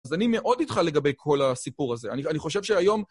אז אני מאוד איתך לגבי כל הסיפור הזה, אני חושב שהיום...